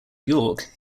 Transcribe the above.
york